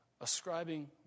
Ascribing